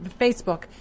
Facebook